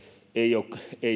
ei ole